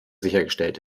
sichergestellt